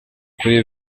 kuri